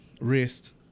wrist